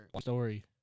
story